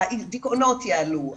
הדיכאונות יעלו,